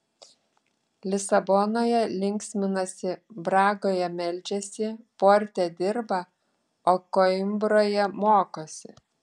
lisabonoje linksminasi bragoje meldžiasi porte dirba o koimbroje mokosi